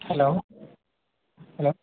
hello hello